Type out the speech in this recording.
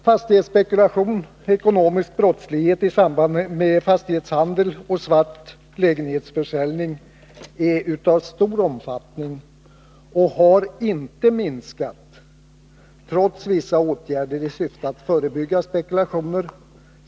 Fastighetsspekulation, ekonomisk brottslighet i samband med fastighetshandel och svart lägenhetsförsäljning är av stor omfattning och har inte minskat, trots vissa åtgärder i syfte att förebygga spekulationer.